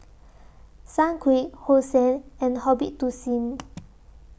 Sunquick Hosen and hobit to Seen